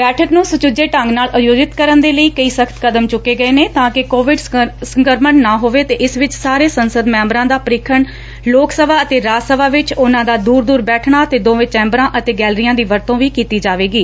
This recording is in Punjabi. ਬੈਠਕ ਨੰ ਸੁਚੱਜੇ ਢੰਗ ਨਾਲ ਅਯੋਜਿਤ ਕਰਨ ਦਹੇ ਲਈ ਕਈ ਸਖਤ ਕਦਮ ਚੁੱਕੇ ਗਏ ਨੇ ਤਾਂ ਕਿ ਕੋਵਿਡ ਸੰਕਰਮਣ ਨਾ ਹੋਵੇ ਅਤੇ ਇਸ ਵਿਚ ਸਾਰੇ ਸੰਸਦ ਮੈਬਰਾਂ ਦਾ ਪਰੀਖਣ ਲੋਕ ਸਭਾ ਅਤੇ ਰਾਜ ਸਭਾ ਵਿਚ ਉਨਾਂ ਦਾ ਦੂਰ ਦੂਰ ਬੈਠਣਾ ਅਤੇ ਦੋਵੇ ਚੈਬਰਾਂ ਅਤੇ ਗੈਲਰੀਆਂ ਦੀ ਵਰਤੋ ਵੀ ਕੀਤੀ ਜਾਵੇਗੀ